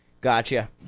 Gotcha